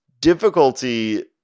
difficulty